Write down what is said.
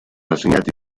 assegnati